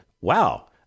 wow